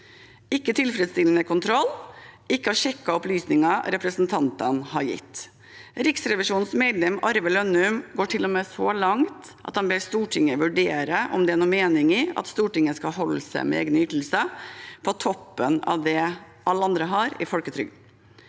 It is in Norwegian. vært tilfredsstillende kontroll, og man har ikke sjekket opplysninger representantene har gitt. Riksrevisjonens medlem Arve Lønnum går til og med så langt at han ber Stortinget vurdere om det er noen mening i at Stortinget skal holde seg med egne ytelser på toppen av det alle andre har i folketrygden.